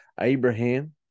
Abraham